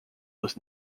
was